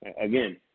Again